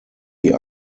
die